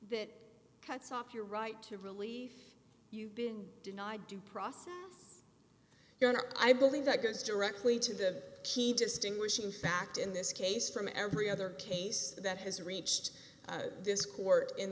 bit cuts off your right to relief you've been denied due process you're not i believe that goes directly to the key distinguishing fact in this case from every other case that has reached this court in